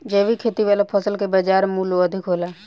जैविक खेती वाला फसल के बाजार मूल्य अधिक होला